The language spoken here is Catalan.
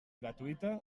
gratuïta